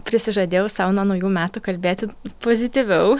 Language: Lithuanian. prisižadėjau sau nuo naujų metų kalbėti pozityviau